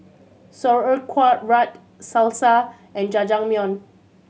Sauerkraut Salsa and Jajangmyeon